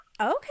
Okay